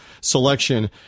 selection